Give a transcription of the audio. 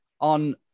on